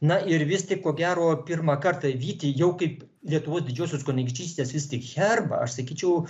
na ir vis tik ko gero pirmą kartą vytį jau kaip lietuvos didžiosios kunigaikštystės vis tik herbą aš sakyčiau